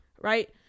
Right